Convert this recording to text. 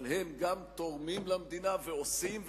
אבל הם גם תורמים למדינה ועושים,